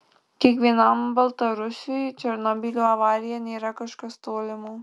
kiekvienam baltarusiui černobylio avarija nėra kažkas tolimo